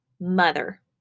mother